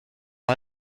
vor